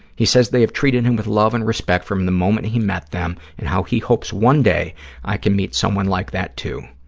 he says they have treated him with love and respect from the moment he met them and how he hopes one day i can meet someone like that, too.